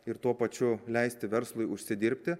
ir tuo pačiu leisti verslui užsidirbti